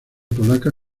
polaca